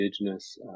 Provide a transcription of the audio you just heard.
Indigenous